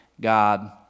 God